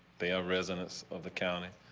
they are residents of the county.